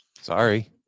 Sorry